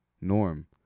norm